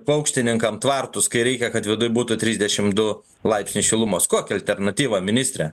paukštininkam tvartus kai reikia kad viduj būtų trisdešim du laipsniai šilumos kokia alternatyva ministre